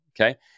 okay